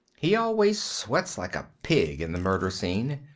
he always sweats like a pig in the murder scene.